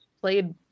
played